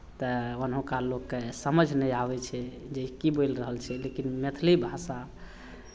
तऽ ओनुक्का लोककेँ समझ नहि आबै छै जे की बोलि रहल छै लेकिन मैथिली भाषा